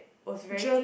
was very